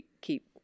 keep